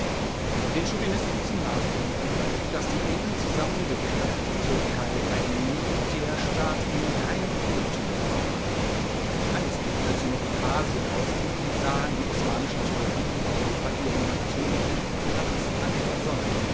den chauvinisten zum nachdenken daß die eben zusammengekrachte türkei ein militärstaat in reinkultur war einst als sie noch in asien hausten sahen die osmanischen türken in europa ihren natürlichen platz an der sonne